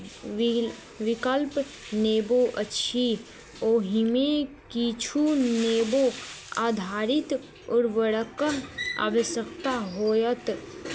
V विकल्प नेबो अछि ओहिमे किछु नेबो आधारित उर्वरकक आवश्यकता होयत